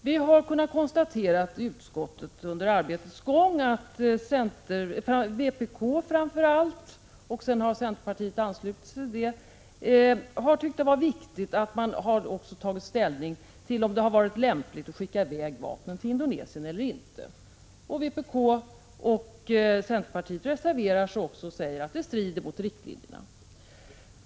Vi har i utskottet under arbetets gång kunnat konstatera att framför allt vpk och sedermera även centerpartiet har tyckt att det varit viktigt att ta ställning till frågan om huruvida det var lämpligt att skicka i väg vapen till Indonesien eller inte. Vpk och centerpartiet har också reserverat sig och sagt att exporten strider mot riktlinjerna.